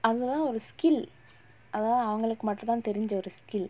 அதலா ஒரு:athalaa oru skill அதலா அவங்களுக்கு மட்டுதா தெரிஞ்ச ஒரு:athala avangalukku mattuthaa therinja oru skill